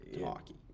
hockey